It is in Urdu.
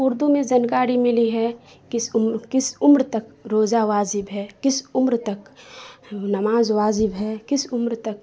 اردو میں جانکاری ملی ہے کس عمر تک روزہ واجب ہے کس عمر تک نماز واجب ہے کس عمر تک